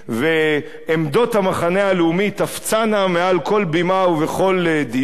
ועמדות המחנה הלאומי תפצענה מעל כל בימה ובכל דיון,